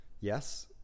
yes